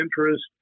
interest